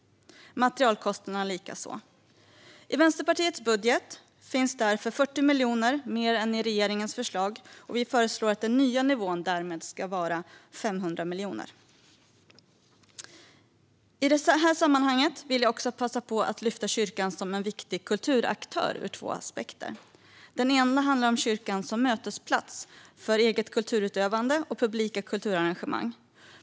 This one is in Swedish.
Materialkostnader ökar också. I Vänsterpartiets budget finns det därför 40 miljoner mer än i regeringens förslag. Vi föreslår att den nya nivån därmed ska vara 500 miljoner. I detta sammanhang vill jag passa på att lyfta fram kyrkan som en viktig kulturaktör ur två aspekter. Den ena handlar om kyrkan som mötesplats för eget kulturutövande och publika kulturarrangemang.